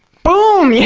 boom! yeah